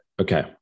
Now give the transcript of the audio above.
okay